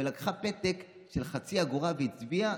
לקחה פתק של חצי אגורה והצביעה,